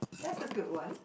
that's a good one